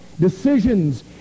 decisions